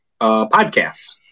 podcasts